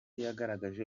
yagaragaje